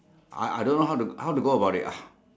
I I I don't how to how to go about it ah